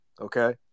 okay